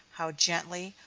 how gently,